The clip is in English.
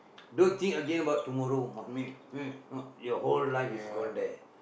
don't think again about tomorrow your whole life is gone there